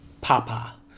Papa